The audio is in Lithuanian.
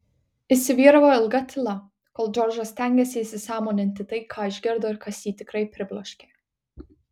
įsivyravo ilga tyla kol džordžas stengėsi įsisąmoninti tai ką išgirdo ir kas jį tikrai pribloškė